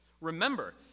remember